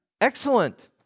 excellent